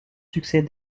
succès